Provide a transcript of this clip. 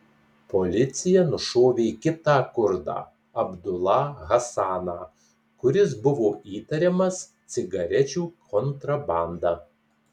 policija nušovė kitą kurdą abdulą hasaną kuris buvo įtariamas cigarečių kontrabanda